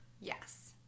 yes